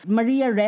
Maria